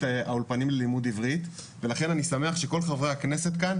האולפנים ללימוד עברית ולכן אני שמח שכל חברי הכנסת כאן